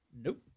Nope